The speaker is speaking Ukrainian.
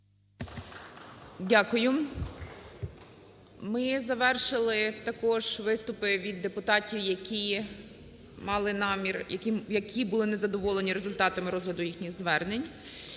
Дякую. Ми завершили також виступи від депутатів, які мали намір… які були незадоволені результатами розгляду їхніх звернень.